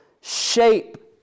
shape